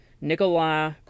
Nikolai